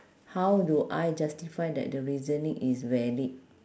how do I justify that the reasoning is valid